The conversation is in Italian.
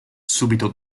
subito